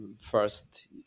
first